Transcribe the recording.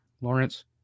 Lawrence